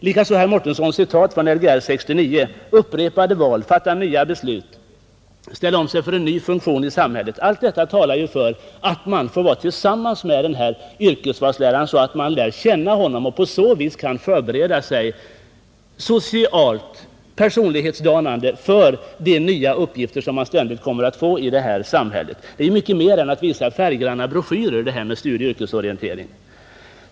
Herr Mårtenssons citat från Lgr 69 — upprepade val, fatta nya beslut, ställa om sig för en ny funktion i samhället — talar ju likaså för att eleverna skall få möjlighet att träffa yrkesvalsläraren, så att man lär känna honom och på så sätt kan förbereda sig för de nya och förändrade uppgifter som man ständigt kommer att få i detta samhälle. Det är mycket mer än att visa färggranna broschyrer detta med studieoch yrkesorientering.